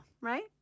right